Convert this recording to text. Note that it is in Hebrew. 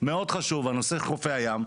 מאוד חשוב על נושא חופי הים,